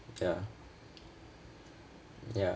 ya ya